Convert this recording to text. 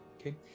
okay